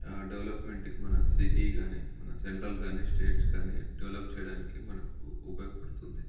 development మన city గానీ మన జనరల్ గానీ స్టేట్స్ గానీ డెవలప్ చేయడానికి మనకు ఉపయోగపడుతుంది